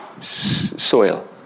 soil